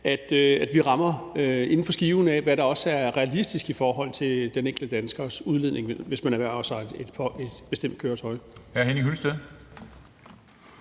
at vi rammer inden for skiven af, hvad der også er realistisk i forhold til den enkelte danskers udledning, hvis vedkommende erhverver sig et bestemt køretøj.